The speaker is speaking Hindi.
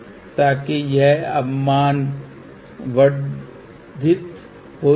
यहां कैपेसिटर को श्रृंखला में जोड़ा गया था इंडक्टर को शंट में जोड़ा गया था